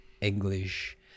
English